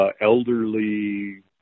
elderly